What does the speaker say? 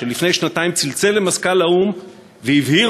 שלפני שנתיים צלצל למזכ"ל האו"ם והבהיר